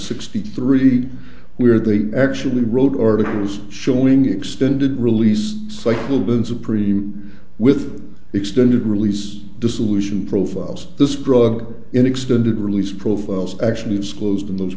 sixty three we are they actually wrote articles showing extended release cycle when supreme with extended release dissolution profiles this drug in extended release profiles actually disclosed in those